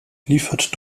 liefert